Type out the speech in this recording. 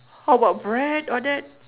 how about bread all that